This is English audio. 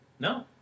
No